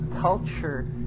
culture